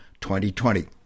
2020